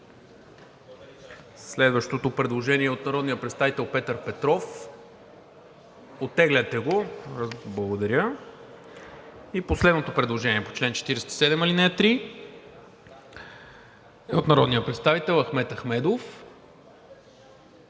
Следващото предложение е от народния представител Петър Петров. (Реплики.) Оттегляте го. Благодаря. И последното предложение по чл. 47, ал. 3 е от народния представител Ахмед Ахмедов.